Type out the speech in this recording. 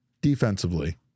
defensively